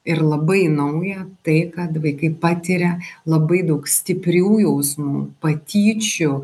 ir labai nauja tai kad vaikai patiria labai daug stiprių jausmų patyčių